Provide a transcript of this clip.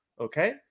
okay